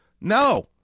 No